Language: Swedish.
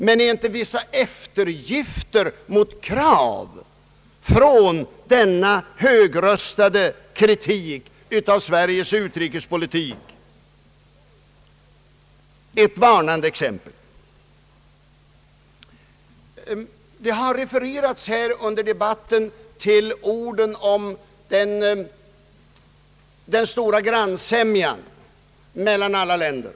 Men utgör inte vissa eftergifter mot krav från denna högröstade kritik av Sveriges utrikespolitik ett varnande exempel? Under debatten här i kammaren har refererats till orden om den stora grannsämjan mellan alla länder.